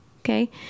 Okay